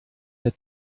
der